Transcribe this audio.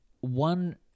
one